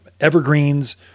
evergreens